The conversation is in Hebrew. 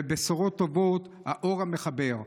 ובשורות טובות, האור המחבר.